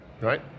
Right